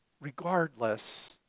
regardless